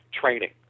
training